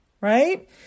right